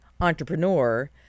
entrepreneur